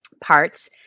parts